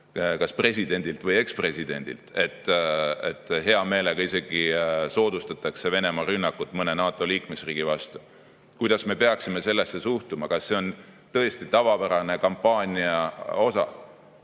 presidendilt või ekspresidendilt, et hea meelega isegi soodustatakse Venemaa rünnakut mõne NATO liikmesriigi vastu. Kuidas me peaksime sellesse suhtuma? Kas see on tõesti tavapärane kampaania osa?